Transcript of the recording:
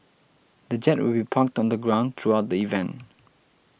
the jet will be parked on the ground throughout the event